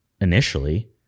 initially